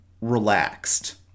relaxed